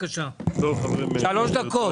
שלוש דקות.